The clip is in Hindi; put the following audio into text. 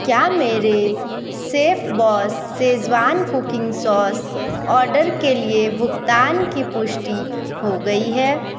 क्या मेरे chef boss schezwan cooking sauce order के लिए भुगतान की पुष्टि हो गई है